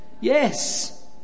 Yes